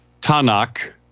Tanakh